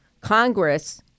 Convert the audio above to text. Congress